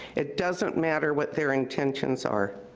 it doesn't matter what their intentions are.